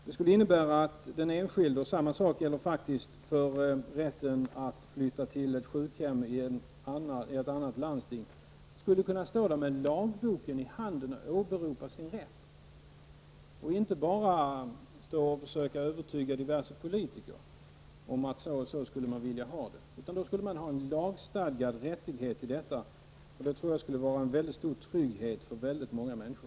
Det skulle innebära att den enskilde kunde stå med lagboken i handen och åberopa sin rätt, i stället för att försöka övertyga diverse politiker om att så och så skulle man vilja ha det. Samma sak gäller faktiskt för rätten att flytta till ett sjukhem i ett annat landsting. Patienten skulle ha en lagstadgad rättighet till det, vilket skulle ge en stor trygghet för många människor.